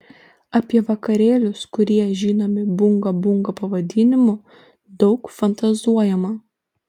apie vakarėlius kurie žinomi bunga bunga pavadinimu daug fantazuojama